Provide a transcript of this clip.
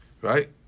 Right